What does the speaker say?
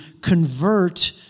convert